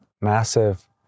massive